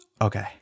Okay